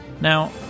Now